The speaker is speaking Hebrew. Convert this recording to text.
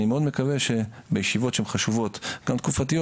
אני מאוד מקווה שבישיבות שהן חשובות, גם תקופתיות.